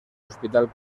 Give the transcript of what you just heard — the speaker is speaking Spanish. hospital